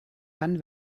wann